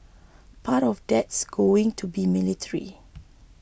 part of that's going to be military